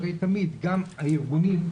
גם הארגונים,